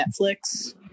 Netflix